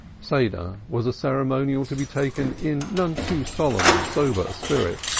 seder was a ceremonial to be taken in none too solemn and sober a spirit,